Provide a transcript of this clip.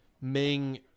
Ming